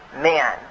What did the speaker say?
man